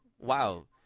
wow